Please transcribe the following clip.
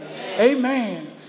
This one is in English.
Amen